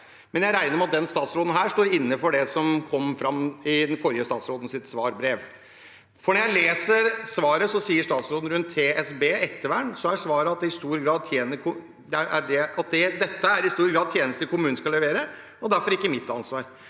men jeg regner med at denne statsråden står inne for det som kom fram i den forrige statsrådens svarbrev. Når jeg leser svaret, skriver statsråden rundt TSB, ettervern, at det i stor grad er tjenester kommunene skal levere, og derfor ikke er